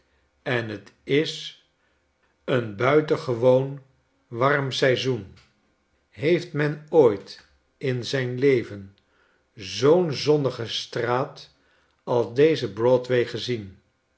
en t is een buitengewoon warm seizoen heeft men ooit in zijn leven zoo'n zonnige straat als deze broadway gezien